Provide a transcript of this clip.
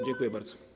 Dziękuję bardzo.